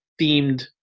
themed